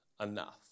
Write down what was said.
enough